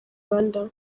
rwanda